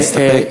אז נסתפק,